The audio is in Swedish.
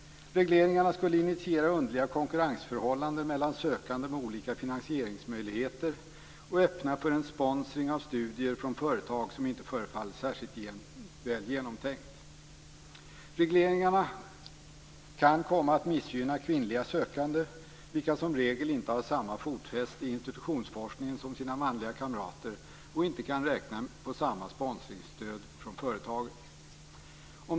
Regleringarna skulle initiera underliga konkurrensförhållanden mellan sökanden med olika finansieringsmöjligheter och öppna för en sponsring av studier från företag som inte förefaller särskilt väl genomtänkt. Regleringarna kan komma att missgynna kvinnliga sökande, vilka som regel inte har samma fotfäste i institutionsforskningen som sina manliga kamrater och inte kan räkna på samma sponsringsstöd från företagen.